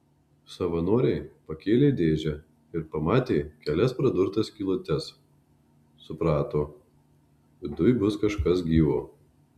savanoriai pakėlė dėžę ir pamatė kelias pradurtas skylutes suprato viduj bus kažkas gyvo